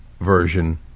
version